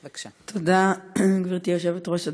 תודה, גברתי היושבת-ראש.